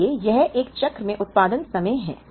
इसलिए यह एक चक्र में उत्पादन समय है